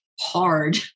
hard